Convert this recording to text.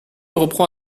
reprend